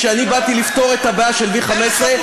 כשבאתי לפתור את הבעיה של 15V,